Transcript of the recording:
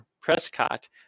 Prescott –